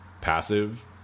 passive